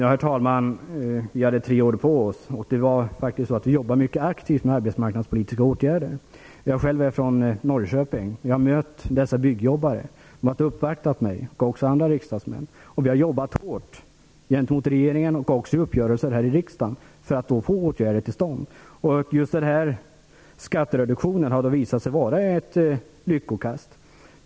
Herr talman! Vi hade tre år på oss, och vi jobbade faktiskt mycket aktivt med arbetsmarknadspolitiska åtgärder. Jag själv är från Norrköping, och jag har mött dessa byggjobbare. De har uppvaktat mig och andra riksdagsmän. Vi har jobbat hårt gentemot regeringen och genom uppgörelser här i riksdagen för att få åtgärder till stånd. Denna skattereduktion har då visat sig vara ett lyckokast.